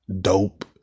dope